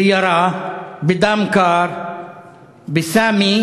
ירה בדם קר בסאמי,